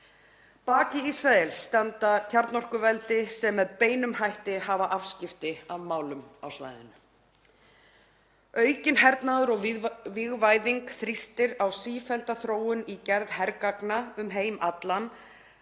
baki Ísraels standa kjarnorkuveldi sem hafa með beinum hætti afskipti af málum á svæðinu. Aukinn hernaður og vígvæðing þrýstir á sífellda þróun í gerð hergagna um heim allan